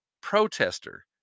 protester